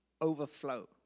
overflow